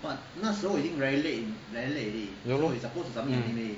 ya lor